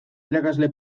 irakasle